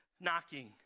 knocking